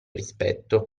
rispetto